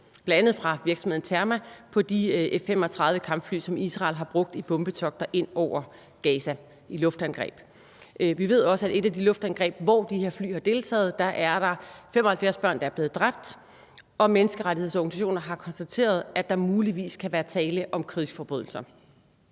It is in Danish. bl.a. fra virksomheden Terma, på de F-35-kampfly, som Israel har brugt i bombetogter og luftangreb ind over Gaza. Vi ved også, at der i et af de luftangreb, hvor de her fly har deltaget, er 75 børn, der er blevet dræbt, og menneskerettighedsorganisationer har konstateret, at der muligvis kan være tale om krigsforbrydelser.